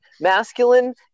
Masculine